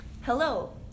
Hello